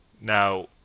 Now